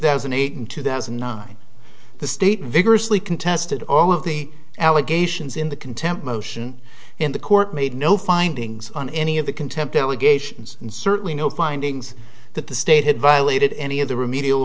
thousand and eight and two thousand and nine the state vigorously contested all of the allegations in the contempt motion in the court made no findings on any of the contempt allegations and certainly no findings that the state had violated any of the remedial